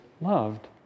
loved